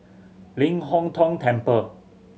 Ling Hong Tong Temple